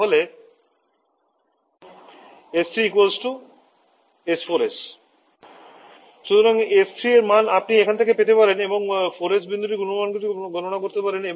তাহলে s3 s4s সুতরাং S 3 এর মান আপনি এখান থেকে পেতে পারেন এবং 4s বিন্দুতে গুণমানটি গণনা করতে পারেন